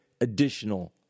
additional